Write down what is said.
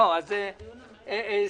שגית,